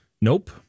nope